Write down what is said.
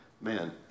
Man